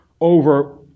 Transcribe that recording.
over